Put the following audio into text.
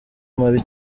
mabi